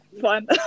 Fun